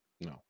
No